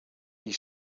die